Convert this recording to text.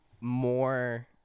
more